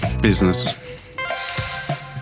business